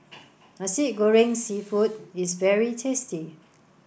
Nasi Goreng Seafood is very tasty